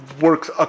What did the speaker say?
works